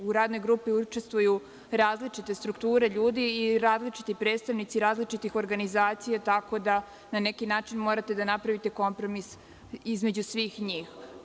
U radnoj grupi učestvuju različite strukture ljudi i različiti predstavnici različitih organizacija, tako da na neki način morate da napravite kompromis između svih njih.